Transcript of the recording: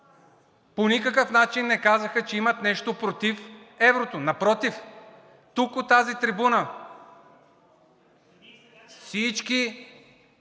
по никакъв начин не казаха, че имат нещо против еврото. Напротив, тук, от тази трибуна, всички